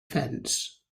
fence